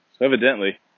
Evidently